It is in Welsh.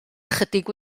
ychydig